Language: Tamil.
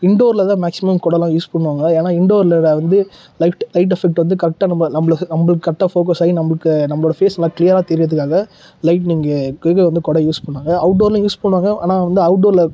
இண்டோரில் தான் மேக்ஸிமம் கொடைலாம் யூஸ் பண்ணுவாங்க ஏன்னால் இண்டோரில் வ வந்து லைட் லைட் எஃபெக்ட் வந்து கரெக்டாக நம்ம நம்மள நம்மள கரெக்டாக ஃபோகஸ் ஆகி நமக்கு நம்மளோட ஃபேஸ் நல்லா க்ளியராக தெரிகிறதுக்காக லைட்டிங்கு இது வந்து கொடை வந்து யூஸ் பண்ணுவாங்க அவுட்டோர்லேயும் யூஸ் பண்ணுவாங்க ஆனால் வந்து அவுட்டோரில்